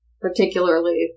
particularly